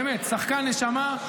שחקן נשמה,